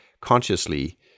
consciously